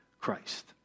Christ